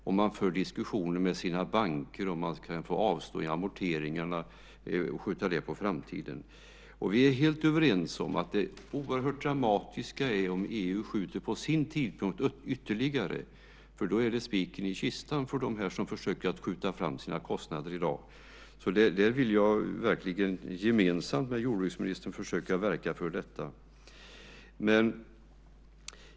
Och man för diskussioner med sina banker om att få avstå från att amortera och skjuta det på framtiden. Vi är helt överens om att det oerhört dramatiska är om EU skjuter på sin tidpunkt ytterligare. Då är det spiken i kistan för dem som försöker skjuta fram sina kostnader i dag. Jag vill verkligen gemensamt med jordbruksministern försöka verka för att det inte blir så.